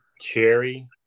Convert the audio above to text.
cherry